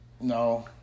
No